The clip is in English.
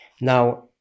Now